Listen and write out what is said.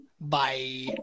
Bye